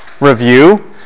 review